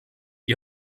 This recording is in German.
wie